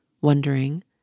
wondering